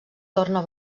torna